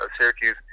Syracuse